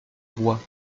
roi